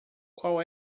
qual